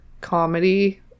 comedy